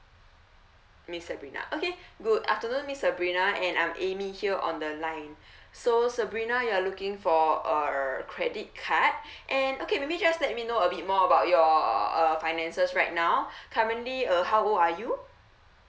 miss sabrina okay good afternoon miss sabrina and I'm amy here on the line so sabrina you're looking for err credit card and okay let me just let me know a bit more about your uh finances right now currently uh how old are you